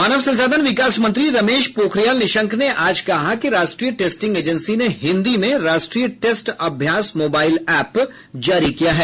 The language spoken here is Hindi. मानव संसाधन विकास मंत्री रमेश पोखरियाल निशंक ने आज कहा कि राष्ट्रीय टेस्टिंग एजेंसी ने हिन्दी में राष्ट्रीय टेस्ट अभ्यास मोबाइल ऐप जारी किया है